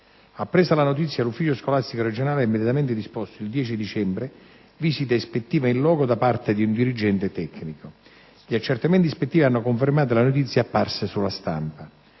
Appresa la notizia, l'ufficio scolastico regionale ha immediatamente disposto, il 10 dicembre, visita ispettiva *in loco* da parte di un dirigente tecnico. Gli accertamenti ispettivi hanno confermato le notizie apparse sulla stampa.